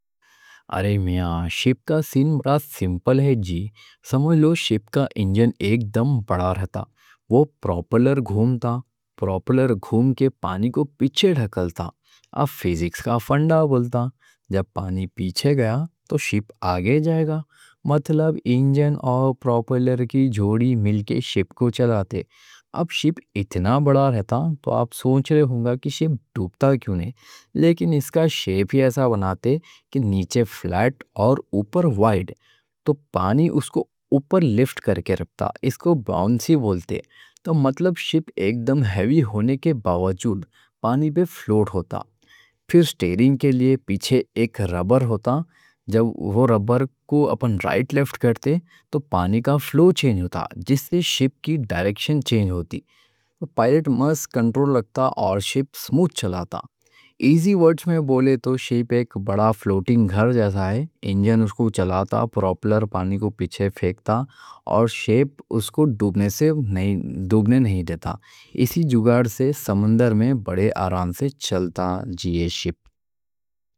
ارے میاں شپ کا سین بڑا سمپل ہے جی، سمجھ لو، شپ کا انجن ایک دم بڑا رہتا۔ وہ پروپلر گھومتا، پروپلر گھوم کے پانی کو پیچھے دھکیلتا۔ اب فزکس کا فنڈا بولتا، جب پانی پیچھے گیا تو شپ آگے جائے گا۔ مطلب انجن اور پروپلر کی جوڑی مل کے شپ کو چلاتے۔ اب شپ اتنا بڑا رہتا تو آپ سوچ رہے ہوں گا کہ شپ ڈوبتا کیوں نئیں۔ لیکن اِس کا شیپ ہی ایسا بناتے کہ نیچے فلیٹ اور اوپر وائیڈ، تو پانی اُس کو اوپر لفٹ کر کے رکھتا، اس کو باؤنسی بولتے۔ تو مطلب شپ ایک دم ہیوی ہونے کے باوجود پانی پہ فلوٹ ہوتا۔ پھر اسٹیئرنگ کے لیے پیچھے ایک رابر ہوتا، جب وہ رابر کو اپن رائٹ لیفٹ کرتے، تو پانی کا فلو چینج ہوتا، جس سے شپ کی ڈائریکشن چینج ہوتی۔ پائلٹ مس کنٹرول لگتا اور شپ سموتھ چلاتا۔ ایزی ورڈز میں بولے تو، شپ ایک بڑا فلوٹنگ گھر جیسا ہے۔ انجن اُس کو چلاتا، پروپلر پانی کو پیچھے پھینکتا، اور شپ اُس کو ڈوبنے نہیں دیتا۔ اسی جگہ سے سمندر میں بڑے آرام سے چلتا، جیے شپ۔